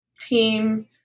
team